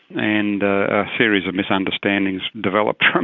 and a series of misunderstandings developed from